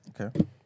Okay